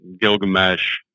Gilgamesh